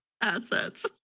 Assets